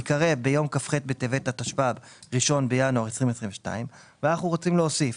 ייקרא "ביום כ"ח בטבת התשפ"ב (1 בינואר 2022)". אנחנו רוצים להוסיף